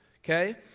Okay